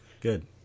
good